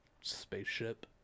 spaceship